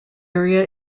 area